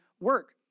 work